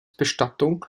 bestattung